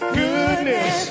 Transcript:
goodness